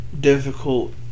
difficult